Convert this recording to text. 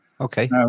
Okay